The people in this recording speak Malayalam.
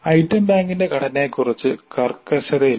ഐറ്റം ബാങ്കിന്റെ ഘടനയെക്കുറിച്ച് കർക്കശതയില്ല